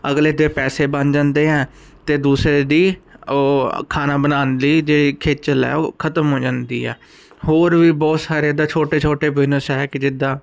ਅਗਲੇ ਦੇ ਪੈਸੇ ਬਣ ਜਾਂਦੇ ਆ ਤੇ ਦੂਸਰੇ ਦੀ ਉਹ ਖਾਣਾ ਬਣਾਉਣ ਲਈ ਜਿਹੜੀ ਖੇਚਲ ਐ ਉਹ ਖਤਮ ਹੋ ਜਾਂਦੀ ਆ ਹੋਰ ਵੀ ਬਹੁਤ ਸਾਰੇ ਐਦਾ ਛੋਟੇ ਛੋਟੇ ਬਿਜਨਸ ਹੈ ਕਿ ਜਿੱਦਾਂ